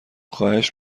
خواهش